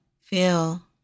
feel